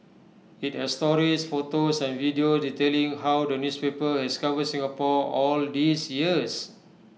IT has stories photos and videos detailing how the newspaper has covered Singapore all these years